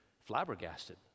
flabbergasted